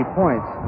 points